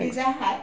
pizza hut